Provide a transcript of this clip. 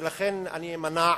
ולכן אני אמנע